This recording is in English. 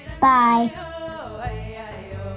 Bye